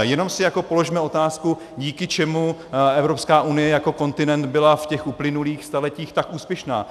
Jenom si položme otázku, díky čemu Evropská unie jako kontinent byla v těch uplynulých staletích tak úspěšná.